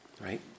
right